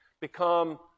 Become